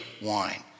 wine